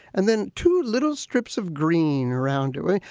and then two little strips of green around doing.